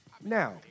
Now